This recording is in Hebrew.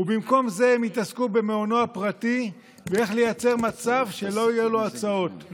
במקום זה הם התעסקו במעונו הפרטי ואיך לייצר מצב שלא יהיו לו הוצאות,